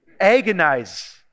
Agonize